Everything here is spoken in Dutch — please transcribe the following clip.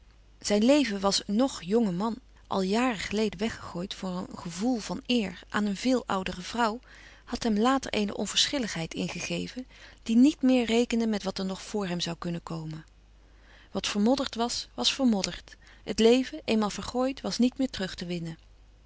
zijn leven van ng jongen man al jaren geleden weggegooid voor een gevoel van eer aan een veel oudere vrouw had hem later eene onverschilligheid ingegeven die niet meer rekende met wat er nog voor hem zoû kunnen komen wat vermodderd was was vermodderd het leven eenmaal vergooid was niet meer terug te winnen